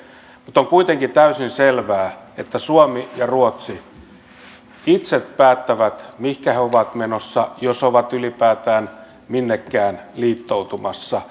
mutta on kuitenkin täysin selvää että suomi ja ruotsi itse päättävät mihinkä ovat menossa jos ovat ylipäätään minnekään liittoutumassa